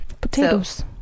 Potatoes